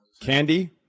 Candy